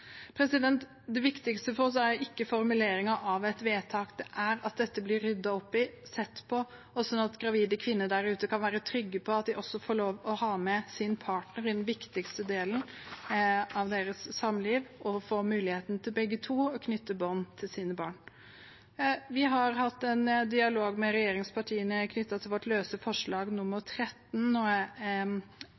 Det viktigste for oss er ikke formuleringen av et vedtak, men at dette blir ryddet opp i og sett på, sånn at gravide kvinner der ute kan være trygge på at de også får lov til å ha med sin partner i den viktigste delen av deres samliv, og at begge to får mulighet til å knytte bånd til sine barn. Vi har hatt en dialog med regjeringspartiene knyttet til vårt løse forslag, forslag nr. 13, og jeg